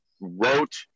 wrote